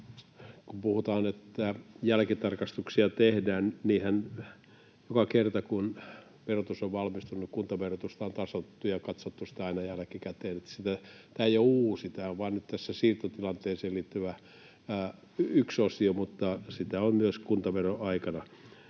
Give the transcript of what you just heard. kun puhutaan, että jälkitarkastuksia tehdään, niin joka kertahan, kun verotus on valmistunut, kuntaverotusta on tasoitettu ja katsottu sitä aina jälkikäteen. Että tämä ei ole uutta, vaan tämä on vain nyt tähän siirtotilanteeseen liittyvä yksi osio, mutta sitä on myös kuntaveroaikana